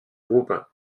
roumains